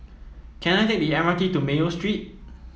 can I take the M R T to Mayo Street